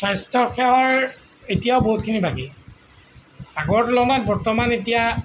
স্বাস্থ্যসেৱাৰ এতিয়াও বহুখিনি বাকী আগৰ তুলনাত বৰ্তমান এতিয়া